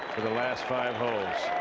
the last five.